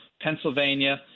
Pennsylvania